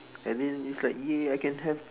and then it's like !yay! I can have